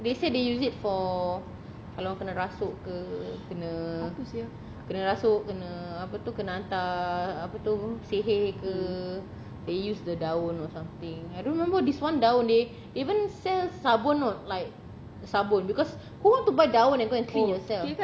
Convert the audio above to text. they said they use it for kalau orang kena rasuk ke kena rasuk kena apa tu kena hantar apa tu sihir ke they use the daun or something I don't remember this one daun they even sell sabun or like sabun because who want to buy daun and go and clean yourself